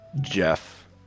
jeff